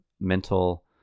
mental